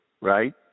right